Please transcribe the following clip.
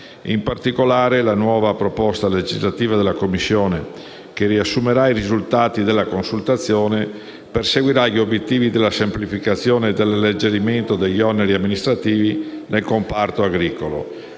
In particolare, la nuova proposta legislativa della Commissione, che riassumerà i risultati della consultazione, perseguirà gli obiettivi della semplificazione e dell'alleggerimento degli oneri amministrativi nel comparto agricolo,